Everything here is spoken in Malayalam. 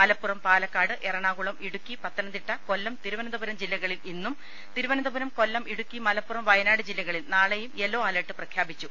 മലപ്പുറം പാലക്കാട് എറണാകുളം ഇടുക്കി പത്തനംതിട്ട കൊല്ലം തിരുവനന്തപുരം ജില്ലകളിൽ ഇന്നും തിരുവനന്തപുരം കൊല്ലം ഇടുക്കി മലപ്പുറം വയ നാട് ജില്ലകളിൽ നാളെയും യെല്ലോ അലർട്ട് പ്രഖ്യാപി ച്ചു